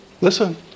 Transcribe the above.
listen